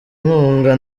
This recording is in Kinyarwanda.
inkunga